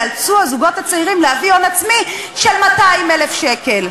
ייאלצו הזוגות הצעירים להביא הון עצמי של 200,000 שקל.